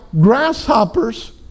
grasshoppers